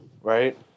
Right